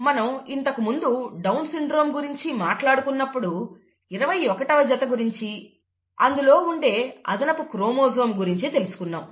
మనం ఇంతకు ముందు డౌన్ సిండ్రోమ్ గురించి మాట్లాడుకున్నప్పుడు 21 వ జత గురించి అందులో ఉండే అదనపు క్రోమోజోమ్ గురించి తెలుసుకున్నాం